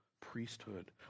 priesthood